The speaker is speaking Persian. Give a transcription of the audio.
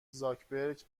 زاکبرک